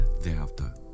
thereafter